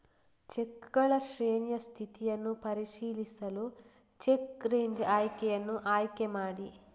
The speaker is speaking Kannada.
ಚೆಕ್ಗಳ ಶ್ರೇಣಿಯ ಸ್ಥಿತಿಯನ್ನು ಪರಿಶೀಲಿಸಲು ಚೆಕ್ ರೇಂಜ್ ಆಯ್ಕೆಯನ್ನು ಆಯ್ಕೆ ಮಾಡಿ